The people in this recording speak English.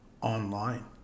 online